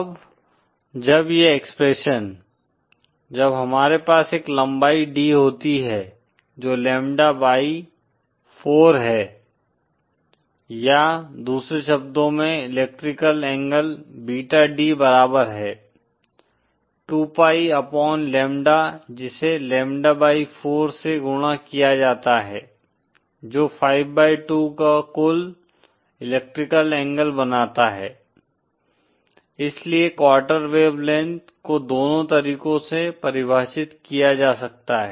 अब जब यह एक्सप्रेशन जब हमारे पास एक लम्बाई D होती है जो लैम्ब्डा बाई 4 है या दूसरे शब्दों में इलेक्ट्रिकल एंगल बीटा D बराबर है 2 pi अपॉन लैम्ब्डा जिसे लैम्ब्डा बाई 4 से गुणा किया जाता है जो 52 का कुल इलेक्ट्रिकल एंगल बनाता है इसलिए क्वार्टर वेव लेंथ को दोनों तरीको से परिभाषित किया जा सकता है